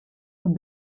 den